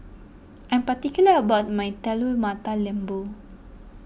I am particular about my Telur Mata Lembu